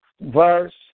verse